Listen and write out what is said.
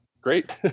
Great